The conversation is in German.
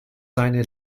seine